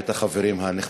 את החברים הנכבדים.